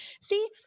See